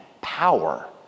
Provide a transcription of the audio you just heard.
power